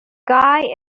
guy